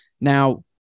now